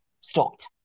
stopped